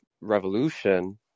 revolution